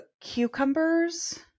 cucumbers